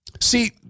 See